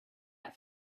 get